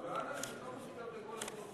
ואנא רשום אותי לכל הצעות